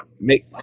make